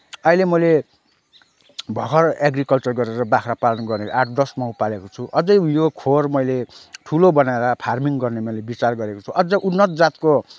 अहिले मैले भर्खर एग्रिकल्चर गरेर बाख्रा पालन गरेर आठ दस माउ पालेको छु अझै यो खोर मैले ठुलो बनाएर फार्मिङ गर्ने मैले विचार गरेको छु अझै उन्नत जातको